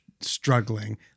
struggling